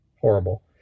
Horrible